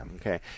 okay